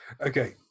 Okay